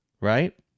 right